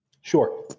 Sure